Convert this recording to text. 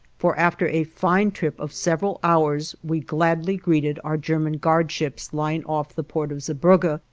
for after a fine trip of several hours we gladly greeted our german guard-ships lying off the port of zeebrugge,